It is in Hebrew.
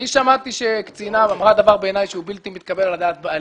אני שמעתי שקצינה אמרה דבר שבעיני הוא בלתי מתקבל על הדעת בעליל,